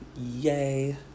Yay